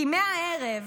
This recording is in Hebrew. כי מהערב